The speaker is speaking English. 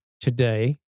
today